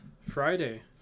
Friday